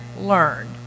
learned